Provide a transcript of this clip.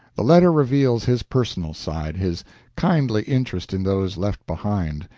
the letter reveals his personal side his kindly interest in those left behind,